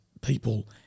people